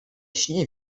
śnie